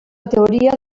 teoria